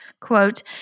quote